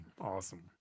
awesome